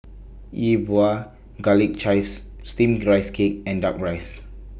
Yi Bua Garlic Chives Steamed Rice Cake and Duck Rice